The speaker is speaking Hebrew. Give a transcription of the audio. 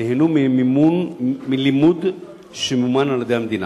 נהנו מלימוד שמומן על-ידי המדינה?